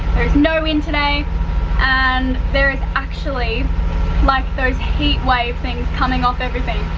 there's no wind today and there is actually like those heat wave things coming off everything.